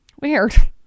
Weird